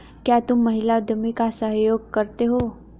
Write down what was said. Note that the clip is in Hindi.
क्या तुम महिला उद्यमी का सहयोग करते हो?